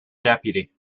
deputy